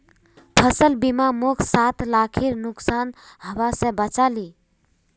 फसल बीमा मोक सात लाखेर नुकसान हबा स बचा ले